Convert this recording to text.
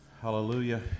hallelujah